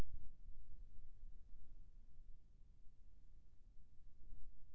मोर कका के उमर ह साठ ले जीत गिस हे, ओला लोन मिल सकही का?